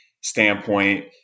standpoint